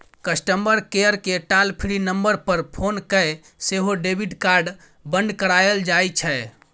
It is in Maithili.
कस्टमर केयरकेँ टॉल फ्री नंबर पर फोन कए सेहो डेबिट कार्ड बन्न कराएल जाइ छै